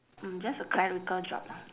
mm just a clerical job lah